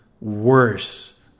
worse